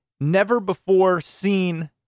never-before-seen